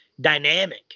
dynamic